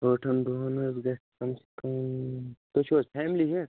ٲٹھن دۄہن حظ گَژھہِ کَم سے کَم تُہۍ چھُو حظ فیملی ہیٚتھ